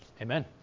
amen